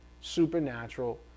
supernatural